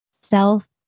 Self